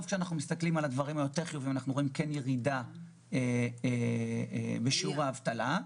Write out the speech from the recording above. הדבר החיובי שאפשר לראות כאן הוא ירידה בשיעור האבטלה.